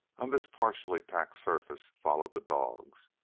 on this partially packed surface followed the dogs,